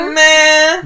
man